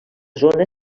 zona